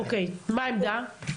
אוקיי, מה העמדה?